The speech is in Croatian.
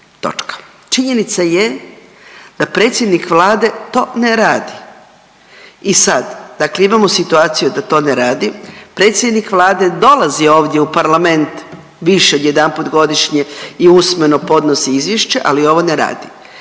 Činjenica je da predsjednik Vlade to ne radi i sad dakle imamo situaciju da to ne radi, predsjednik Vlade dolazi ovdje u parlament više od jedanput godišnje i usmeno podnosi izvješće, ali ovo ne radi.